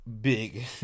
big